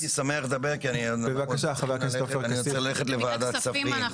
הייתי שמח לדבר כי אני עוד מעט צריך ללכת לוועדת כספים.